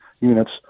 units